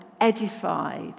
edified